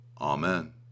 Amen